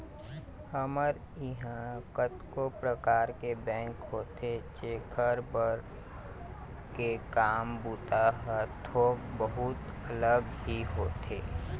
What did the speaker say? हमर इहाँ कतको परकार के बेंक होथे जेखर सब के काम बूता ह थोर बहुत अलग ही होथे